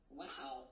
wow